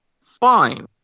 Fine